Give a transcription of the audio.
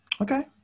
Okay